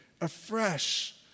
afresh